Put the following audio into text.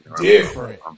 different